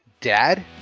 Dad